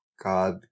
God